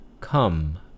come